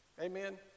Amen